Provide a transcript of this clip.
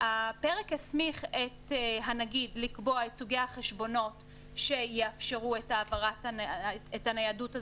הפרק הסמיך את הנגיד לקבוע את סוגי החשבונות שיאפשרו את הניידות הזאת,